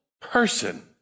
person